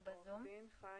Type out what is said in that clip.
הוא ב-זום.